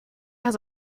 has